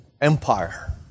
Empire